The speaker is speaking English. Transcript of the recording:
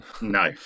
no